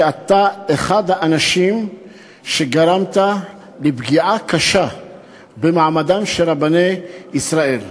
שאתה אחד האנשים שגרמו לפגיעה קשה במעמדם של רבני ישראל.